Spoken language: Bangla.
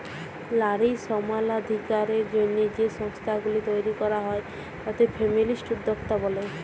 লারী সমালাধিকারের জ্যনহে যে সংস্থাগুলি তৈরি ক্যরা হ্যয় তাতে ফেমিলিস্ট উদ্যক্তা ব্যলে